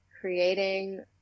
creating